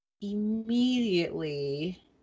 immediately